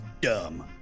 dumb